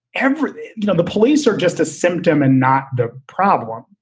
every you know, the police are just a symptom and not the problem.